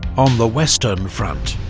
on the western front,